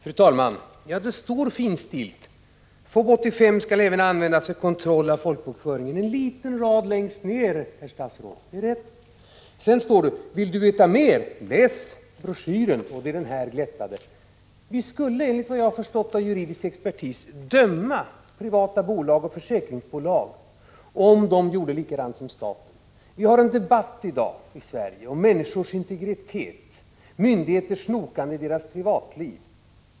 Fru talman! Ja, det står finstilt på en rad längst ner på blanketten: FoB 1985 skall även användas för kontroll av folkbokföringen. Sedan står det: Vill du veta mer läs broschyren! Enligt vad jag har förstått av juridisk expertis, skulle privata bolag och försäkringsbolag dömas om de gjorde likadant som staten. Det förs en debatt i Sverige i dag om människors integritet och myndigheters snokande i deras privatliv.